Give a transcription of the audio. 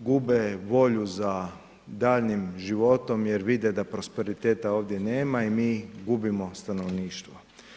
gube volju za daljnjim životom jer vide da prosperiteta ovdje nema i mi gubimo stanovništvo.